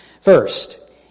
First